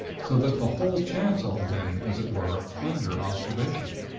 so that the whole chancel had been, as it were, under observation.